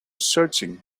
searching